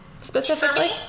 specifically